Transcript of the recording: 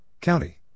County